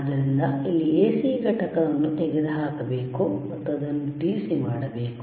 ಆದ್ದರಿಂದಇಲ್ಲಿ AC ಘಟಕವನ್ನು ತೆಗೆದುಹಾಕಬೇಕು ಮತ್ತು ಅದನ್ನು DC ಮಾಡಬೇಕು